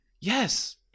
Yes